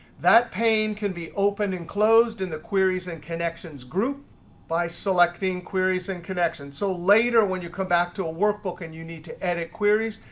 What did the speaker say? that pane can be opened and closed in the queries and connections group by selecting queries and connection. so later, when you come back to a workbook and you need to edit queries,